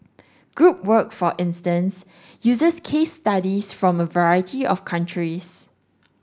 group work for instance uses case studies from a variety of countries